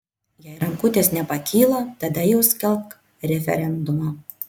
jei rankutės nepakyla tada jau skelbk referendumą